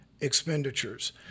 expenditures